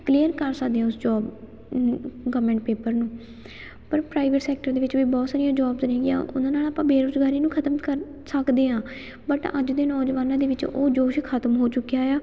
clear ਕਰ ਸਕਦੇ ਆ ਉਸ ਜੋਬ ਗਵਰਮੈਂਟ ਪੇਪਰ ਨੂੰ ਪਰ ਪ੍ਰਾਈਵੇਟ ਸੈਕਟਰ ਦੇ ਵਿੱਚ ਵੀ ਬਹੁਤ ਸਾਰੀਆਂ ਜੋਬਸ ਨੇਗੀਆਂ ਉਹਨਾਂ ਨਾਲ ਆਪਾਂ ਬੇਰੁਜ਼ਗਾਰੀ ਨੂੰ ਖਤਮ ਕਰ ਸਕਦੇ ਹਾਂ ਬਟ ਅੱਜ ਦੇ ਨੌਜਵਾਨਾਂ ਦੇ ਵਿੱਚ ਉਹ ਜੋਸ਼ ਖ਼ਤਮ ਹੋ ਚੁੱਕਿਆ ਆ